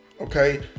Okay